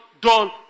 done